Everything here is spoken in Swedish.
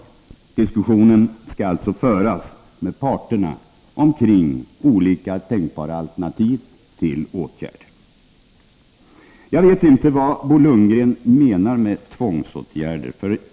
En diskussion skall föras med parterna om olika tänkbara alternativ till åtgärder. Jag vet inte vad Bo Lundgren menar med tvångsåtgärder.